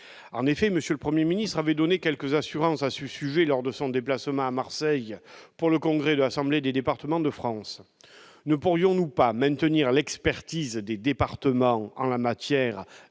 En effet, M. le Premier ministre avait donné quelques assurances à ce sujet lors de son déplacement à Marseille pour le congrès de l'Assemblée des départements de France. Ne pourrions-nous pas maintenir l'expertise des départements en la matière,